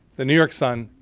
the new york sun,